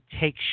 take